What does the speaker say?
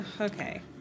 Okay